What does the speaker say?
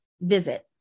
visit